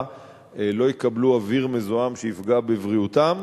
לא יקבלו אוויר מזוהם שיפגע בבריאותם.